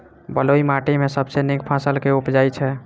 बलुई माटि मे सबसँ नीक फसल केँ उबजई छै?